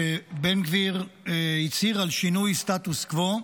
שבן גביר הצהיר על שינוי סטטוס קוו.